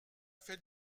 fait